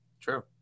True